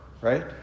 Right